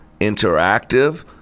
interactive